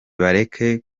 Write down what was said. bareke